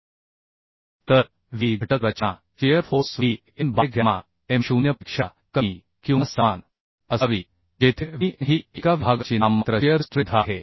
तर ve घटक रचना shear force vn by gamma m 0 पेक्षा कमी किंवा समान असावी जेथे vn ही एका विभागाची नाममात्र शिअर स्ट्रेंथ आहे